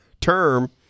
term